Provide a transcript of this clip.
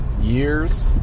years